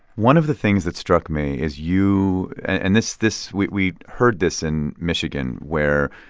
one of the things that struck me is you and this this we we heard this in michigan, where,